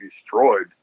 destroyed